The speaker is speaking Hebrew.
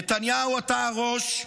נתניהו, אתה הראש,